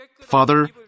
Father